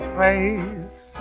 face